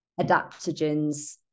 adaptogens